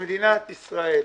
שמדינת ישראל,